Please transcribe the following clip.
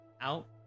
Out